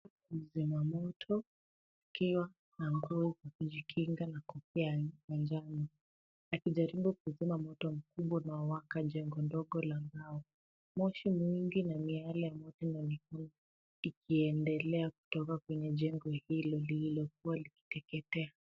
Zimamoto, ikiwa na nguo za kujikinga na kofia ya majano. Akijaribu kuzima moto mkubwa unaowaka jengo ndogo la mbao. Moshi mwingi na miale ya moto inaonekana ikiendelea kutoka kwenye jengo hilo lililokuwa likiteketea.